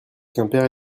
quimper